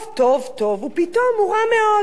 טוב, טוב, טוב, ופתאום הוא רע מאוד?